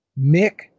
Mick